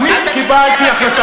אבל אל תגיד "עשיתי".